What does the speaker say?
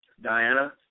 Diana